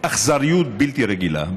באכזריות בלתי רגילה.